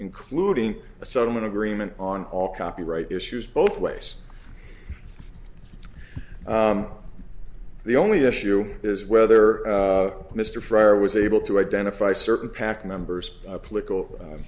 including a settlement agreement on all copyright issues both ways the only issue is whether mr fryer was able to identify certain pack members a political